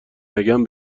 نگم